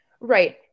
Right